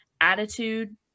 attitude